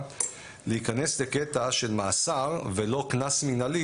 - להיכנס לקטע של מאסר ולא קנס מינהלי,